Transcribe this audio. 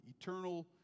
eternal